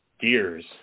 gears